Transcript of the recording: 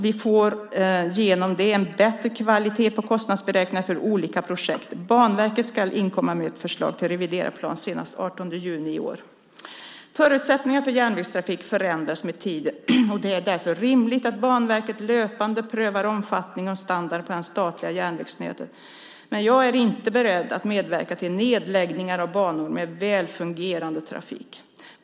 Vi får genom det en bättre kvalitet på kostnadsberäkningar för olika projekt. Banverket ska inkomma med förslag till reviderad plan senast den 18 juni i år. Förutsättningarna för järnvägstrafik förändras med tiden, och det är därför rimligt att Banverket löpande prövar omfattningen och standarden på det statliga järnvägsnätet. Men jag är inte beredd att medverka till nedläggningar av banor med väl fungerande trafik.